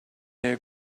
her